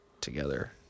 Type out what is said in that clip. together